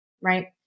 right